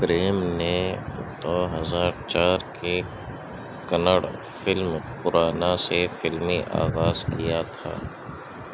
پریم نے دو ہزار چار کی کنڑ فلم پرانا سے فلمی آغاز کیا تھا